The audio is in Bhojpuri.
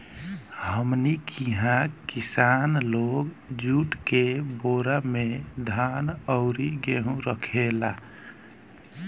हमनी किहा किसान लोग जुट के बोरा में धान अउरी गेहू रखेले